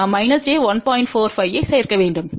45 ஐ சேர்க்க வேண்டும்